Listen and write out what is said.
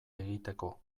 egiteko